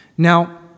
Now